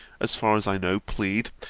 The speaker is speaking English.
as far as i know, plead,